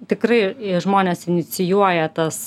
tikrai i žmonės inicijuoja tas